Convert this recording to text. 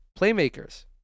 playmakers